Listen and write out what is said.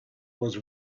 was